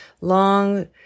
long